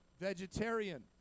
vegetarian